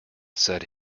said